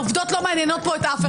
העובדות לא מעניינות פה את אף אחד.